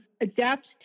adapt